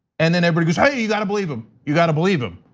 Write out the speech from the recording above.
and then everybody goes hey, you got to believe him, you got to believe him.